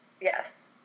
yes